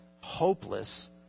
hopeless